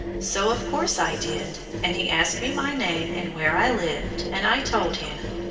so, of course, i did, and he asked me my name and where i lived, and i told him.